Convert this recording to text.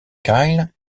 kyle